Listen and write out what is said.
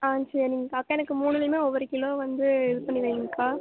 ஆ சரிங்கக்கா அக்கா எனக்கு மூணுலேயுமே ஒவ்வொரு கிலோ வந்து இது பண்ணி வைங்கக்கா